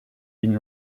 been